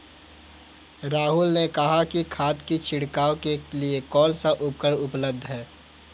राहुल ने कहा कि खाद की छिड़काव के लिए कौन सा उपकरण उपलब्ध है?